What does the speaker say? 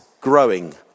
growing